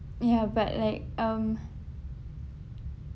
ya but like um